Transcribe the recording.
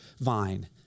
vine